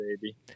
baby